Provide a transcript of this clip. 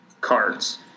Cards